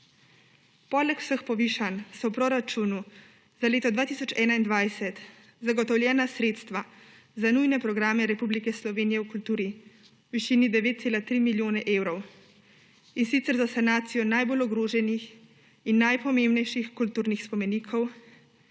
Poleg vseh povišanj so v proračunu za leto 2021 zagotovljena sredstva za nujne programe Republike Slovenije v kulturi v višini 9,3 milijona evrov, in sicer za sanacijo najbolj ogroženih in najpomembnejših kulturnih spomenikov,